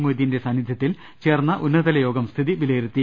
മൊയ്തീന്റെ സാന്നിധ്യത്തിൽ ചേർന്ന ഉന്നതതല യോഗം സ്ഥിതി വിലയിരുത്തി